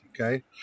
Okay